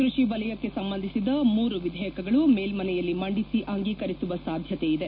ಕೃಷಿ ವಲಯಕ್ಕೆ ಸಂಬಂಧಿಸಿದ ಮೂರು ವಿಧೇಯಕಗಳು ಮೇಲ್ಮನೆಯಲ್ಲಿ ಮಂಡಿಸಿ ಅಂಗೀಕರಿಸುವ ಸಾಧ್ಯತೆ ಇದೆ